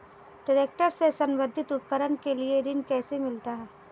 Tractor से संबंधित उपकरण के लिए ऋण कैसे मिलता है?